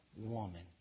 woman